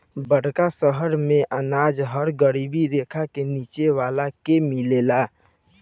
बड़का शहर मेंअनाज हर गरीबी रेखा के नीचे वाला के मिलेला